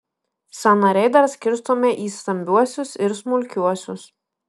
sąnariai dar skirstomi į stambiuosius ir smulkiuosius